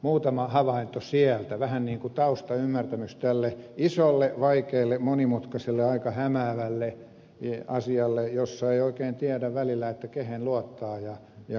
muutama havainto sieltä vähän niin kuin taustaymmärtämys tälle isolle vaikealle monimutkaiselle aika hämäävälle asialle jossa ei oikein tiedä välillä kehen luottaa ja kehen ei